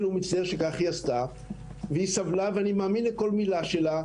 היא סבלה ואני מאמין לכל מילה שלה,